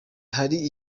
hari